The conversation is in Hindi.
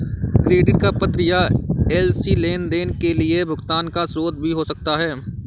क्रेडिट का पत्र या एल.सी लेनदेन के लिए भुगतान का स्रोत भी हो सकता है